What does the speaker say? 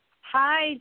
Hi